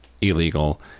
illegal